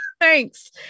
Thanks